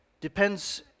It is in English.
depends